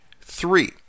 three